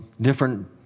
different